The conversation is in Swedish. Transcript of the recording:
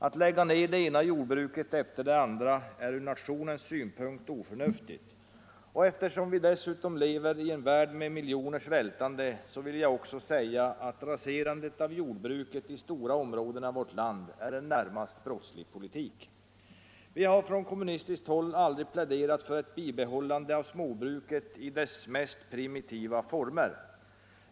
Att lägga ner det ena jordbruket efter det andra är från nationens synpunkt sett oförnuftigt, och eftersom vi lever i en värld med miljoner svältande, vill jag också säga att raserandet av jordbruket i stora områden av vårt land är en närmast brottslig politik. Vi har på kommunistiskt håll aldrig pläderat för ett bibehållande av småbruket i dess mest primitiva former.